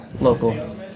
local